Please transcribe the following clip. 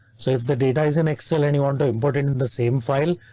so if the data is in excel, anyone to import in in the same file,